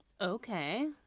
Okay